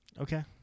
Okay